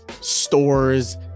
stores